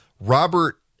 Robert